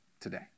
today